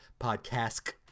podcast